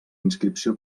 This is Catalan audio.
inscripció